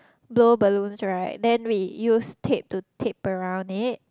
blow balloons right then we use tape to tape around it